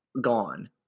gone